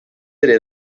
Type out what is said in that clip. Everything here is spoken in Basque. ere